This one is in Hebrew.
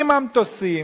עם המטוסים,